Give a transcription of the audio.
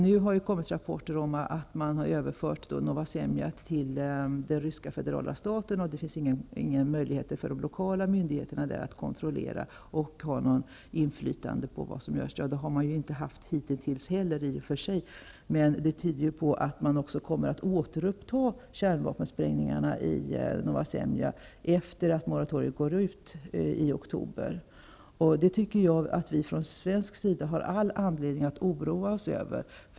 Nu har det kommit rapporter om att man har överfört Novaja Semlja till den ryska federala staten. Det finns inga möjligheter för de lokala myndigheterna att kontrollera eller att ha något inflytande på vad som görs. Det har man inte haft hitintills heller, i och för sig. Men detta tyder på att man kommer att återuppta kärnvapensprängningarna i Novaja Semlja efter det att moratoriet går ut i oktober. Det tycker jag att vi från svensk sida har all anledning att oroa oss över.